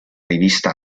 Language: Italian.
rivista